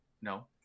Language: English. No